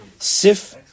Sif